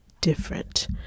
different